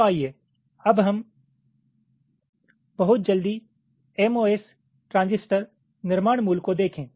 तो आइए हम बहुत जल्दी एमओएस ट्रांजिस्टर निर्माण मूल को देखें